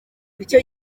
icyo